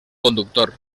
conductor